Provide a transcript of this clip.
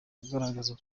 bagaragaza